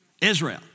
Israel